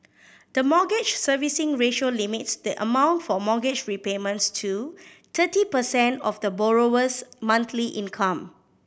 the Mortgage Servicing Ratio limits the amount for mortgage repayments to thirty percent of the borrower's monthly income